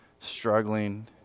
struggling